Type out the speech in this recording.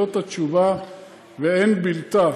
זאת התשובה ואין בלתה.